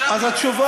ישבנו,